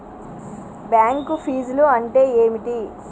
Bank ఫీజ్లు అంటే ఏమిటి?